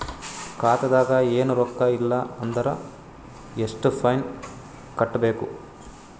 ಖಾತಾದಾಗ ಏನು ರೊಕ್ಕ ಇಲ್ಲ ಅಂದರ ಎಷ್ಟ ಫೈನ್ ಕಟ್ಟಬೇಕು?